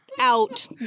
out